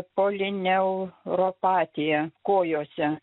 polineuropatija kojose